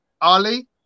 Ali